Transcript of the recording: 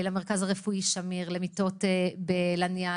למרכז הרפואי שמיר, למיטות בלניאדו,